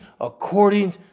according